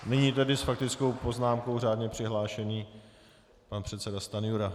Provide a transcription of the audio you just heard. Nyní s faktickou poznámkou řádně přihlášený pan předseda Stanjura.